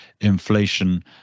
inflation